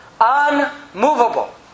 unmovable